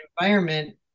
environment